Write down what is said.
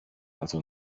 also